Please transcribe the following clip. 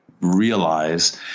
realize